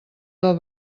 del